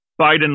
Biden